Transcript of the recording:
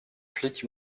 flics